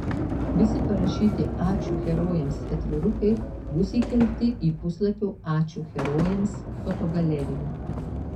visi parašyti ačiū herojams atvirukai bus įkelti į puslapio ačiū herojams fotogaleriją